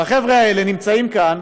והחבר'ה האלה נמצאים כאן,